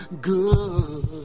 good